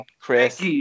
Chris